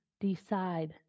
decide